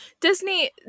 Disney